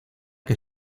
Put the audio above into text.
que